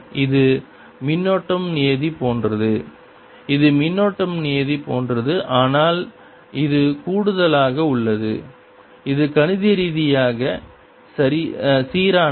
இது மின்னோட்டம் நியதி போன்றது இது மின்னோட்டம் நியதி போன்றது ஆனால் இது கூடுதலாக உள்ளது இது கணித ரீதியாக சீரானது